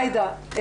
עאידה,